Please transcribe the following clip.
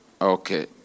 Okay